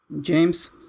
James